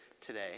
today